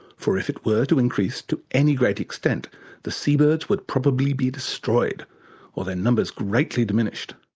for if it were to increase to any great extent the sea birds would probably be destroyed or their numbers greatly diminished.